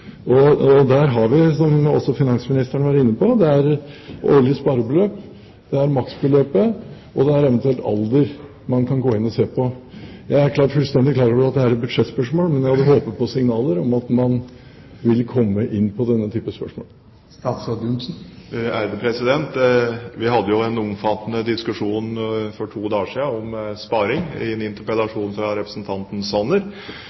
Der har vi – som også finansministeren var inne på – årlig sparebeløp, maksbeløpet og eventuelt alder som man kan gå inn og se på. Jeg er fullstendig klar over at dette er budsjettspørsmål, men jeg hadde håpet på signaler om at man vil komme inn på denne type spørsmål. Vi hadde jo en omfattende diskusjon for to dager siden om sparing, i en interpellasjon fra representanten Sanner.